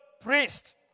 priest